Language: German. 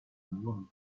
nur